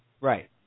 Right